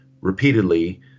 repeatedly